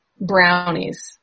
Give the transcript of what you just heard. brownies